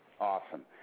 Awesome